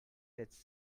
its